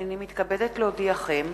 הנני מתכבדת להודיעכם,